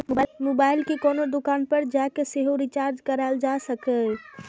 mobile कें कोनो दोकान पर जाके सेहो रिचार्ज कराएल जा सकैए